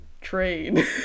train